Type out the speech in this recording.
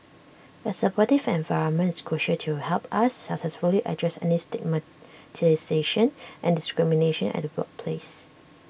A supportive environment is crucial to help us successfully address any stigmatisation and discrimination at the workplace